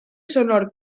sonor